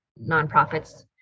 nonprofits